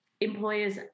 employers